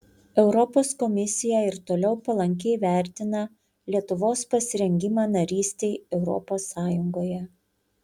europos komisija ir toliau palankiai vertina lietuvos pasirengimą narystei europos sąjungoje